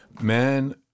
man